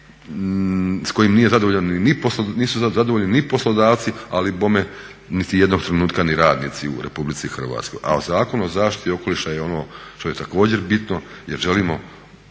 ni, nisu zadovoljni ni poslodavci ali bome niti jednog trenutka ni radnici u RH. A Zakon o zaštiti okoliša je ono što je također bitno jer želimo